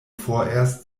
vorerst